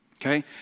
okay